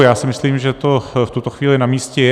Já si myslím, že to v tuto chvíli namístě je.